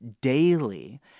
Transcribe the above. Daily